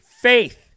faith